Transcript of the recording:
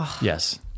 Yes